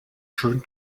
schön